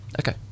Okay